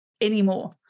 anymore